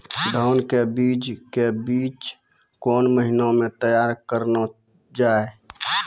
धान के बीज के बीच कौन महीना मैं तैयार करना जाए?